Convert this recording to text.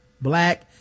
Black